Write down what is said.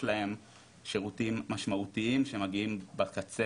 להם שירותים משמעותיים שמגיעים בקצה,